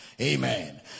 Amen